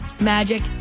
Magic